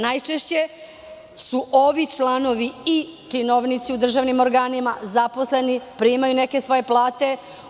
Najčešće su ovi članovi i činovnici u državnim organima, zaposleni, primaju neke svoje plate.